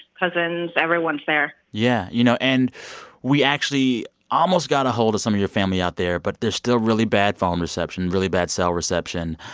cousins everyone's there yeah you know, and we actually almost got a hold of some of your family out there. but there's still really bad phone reception really bad cell reception.